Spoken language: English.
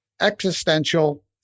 existential